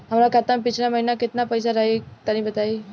हमरा खाता मे पिछला महीना केतना पईसा रहे तनि बताई?